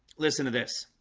listen to this